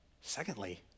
Secondly